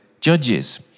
judges